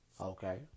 Okay